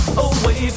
away